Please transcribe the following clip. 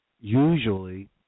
usually